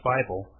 Bible